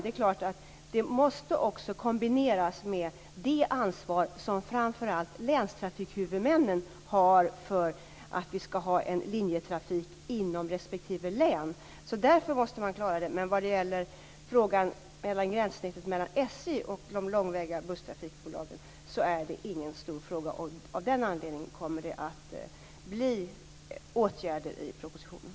Men det måste kombineras med det ansvar som framför allt länstrafikhuvudmännen har för att vi skall ha en linjetrafik inom respektive län. Därför måste vi klara det. Men gränssnittet mellan SJ och de långväga busstrafikbolagen är inte en så stor fråga att det av den anledningen kommer några åtgärder i propositionen.